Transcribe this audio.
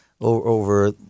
over